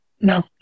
No